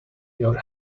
your